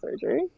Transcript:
surgery